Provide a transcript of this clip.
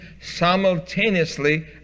simultaneously